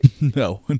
no